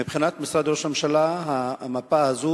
מבחינת משרד ראש הממשלה המפה הזאת,